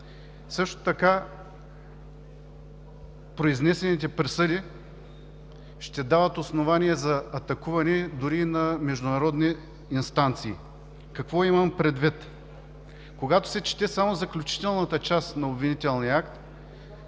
Също така произнесените присъди ще дават основание за атакуване дори и на международни инстанции. Какво имам предвид? Когато се чете само заключителната част на обвинителния акт,